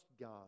God